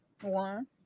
One